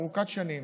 מדיניות ארוכת שנים,